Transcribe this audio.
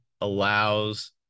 allows